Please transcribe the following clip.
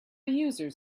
users